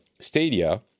Stadia